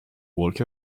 walk